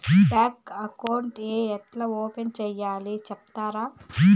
Bank account ఏ ఎట్లా open సేయాలి సెప్తారా?